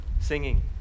singing